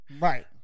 Right